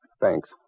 Thanks